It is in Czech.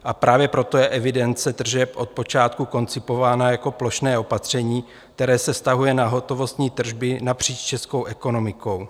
A právě proto je evidence tržeb od počátku koncipována jako plošné opatření, které se vztahuje na hotovostní tržby napříč českou ekonomikou.